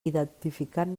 identificant